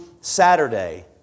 Saturday